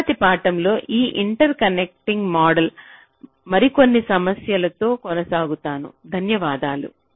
తరువాతి పాఠంలో ఈ ఇంటర్కనెక్ట్ మోడలింగ్పై మరికొన్ని సమస్యలతో కొనసాగుతాను